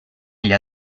agli